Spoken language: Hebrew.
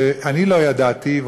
שאני לא ידעתי עליו,